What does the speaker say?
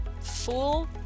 fool